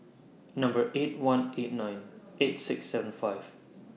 Number eight one eight nine eight six seven five